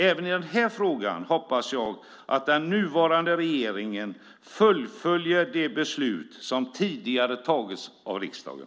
Även i den här frågan hoppas jag att den nuvarande regeringen fullföljer det beslut som tidigare tagits av riksdagen.